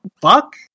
fuck